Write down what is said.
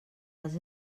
els